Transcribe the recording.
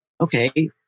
okay